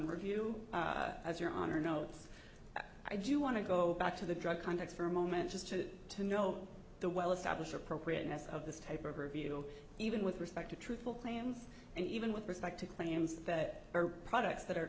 to review as your honor knows i do want to go back to the drug contacts for a moment just to get to know the well established appropriateness of this type of review even with respect to truth and even with respect to claims that are products that are